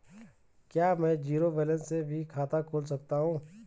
क्या में zero balance से भी खाता खोल सकता हूँ?